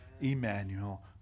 Emmanuel